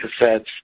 cassettes